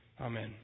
amen